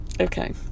Okay